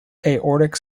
aortic